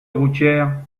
routière